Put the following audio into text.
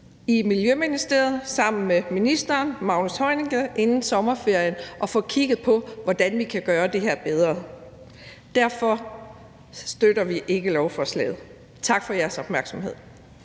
i Miljøministeriet med ministeren, Magnus Heunicke, og få kigget på, hvordan vi kan gøre det her bedre. Derfor støtter vi ikke beslutningsforslaget. Tak for jeres opmærksomhed.